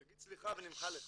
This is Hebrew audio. תגיד סליחה ונמחל לך.